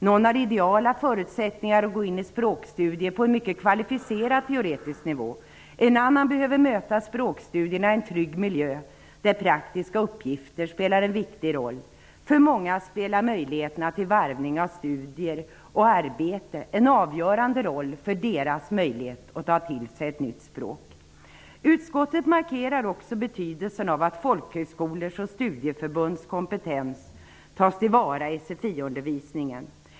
Någon har ideala förutsättningar att gå in i språkstudier på en mycket kvalificerad teoretisk nivå. En annan behöver möta språkstudierna i en trygg miljö, där praktiska uppgifter spelar en viktig roll. För många spelar möjligheterna till varvning av studier och arbete en avgörande roll för deras möjlighet att ta till sig ett nytt språk. Utskottet markerar också betydelsen av att folkhögskolors och studieförbunds kompetens tas till vara i sfi-undervisningen.